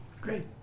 Great